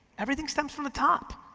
everything stems from the top.